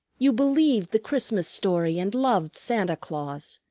you believed the christmas story and loved santa claus.